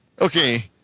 Okay